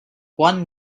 one